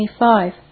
25